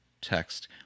text